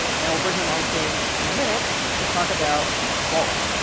and i will bring him onstage in a minute to talk about vault.